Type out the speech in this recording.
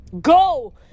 Go